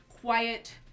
quiet